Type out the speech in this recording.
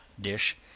dish